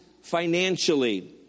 financially